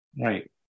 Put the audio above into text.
right